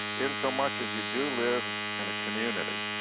in so much as you do live in a community,